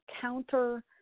counter-